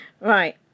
Right